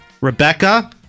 Rebecca